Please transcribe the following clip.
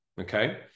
okay